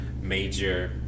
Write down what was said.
major